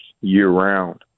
year-round